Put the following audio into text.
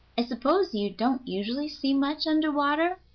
i suppose you don't usually see much under water?